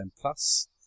Plus